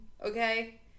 Okay